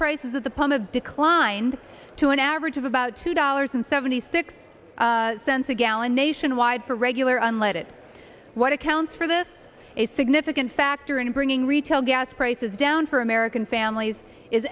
prices at the pump have declined to an average of about two dollars and seventy six cents a gallon nationwide for regular unleaded what accounts for this a significant factor in bringing retail gas prices down for american families is